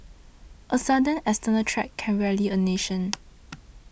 a sudden external threat can rally a nation